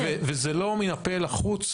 והוא מערער את זה, וזה לא מן הפה אל החוץ.